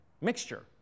Mixture